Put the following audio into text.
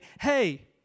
hey